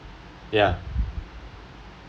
yeah